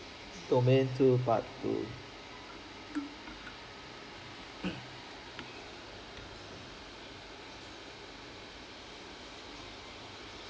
domain two part two